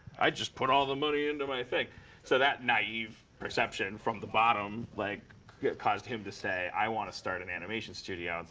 i'd just put all the money into my thing. so that naive perception, from the bottom like yeah it caused him to say, i want to start in animation studio.